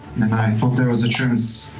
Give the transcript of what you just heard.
and i thought there was a chance